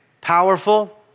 powerful